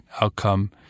outcome